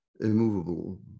immovable